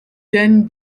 then